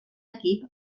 equip